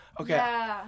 Okay